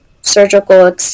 surgical